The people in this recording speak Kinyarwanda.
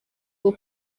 bwo